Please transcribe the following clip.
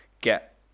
get